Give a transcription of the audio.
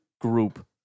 group